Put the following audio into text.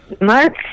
Mark